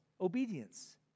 Obedience